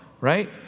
Right